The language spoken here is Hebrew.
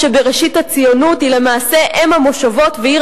שבראשית הציונות היא למעשה אם המושבות ועיר